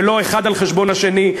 ולא האחד על חשבון על השני,